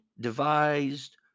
devised